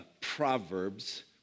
proverbs